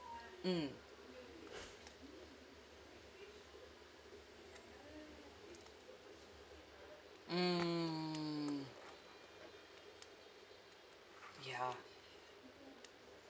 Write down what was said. mm mm yeah